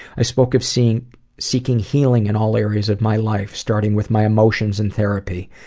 i spoke of seeking seeking healing in all areas of my life, starting with my emotions in therapy,